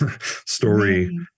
story